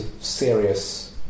serious